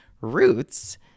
roots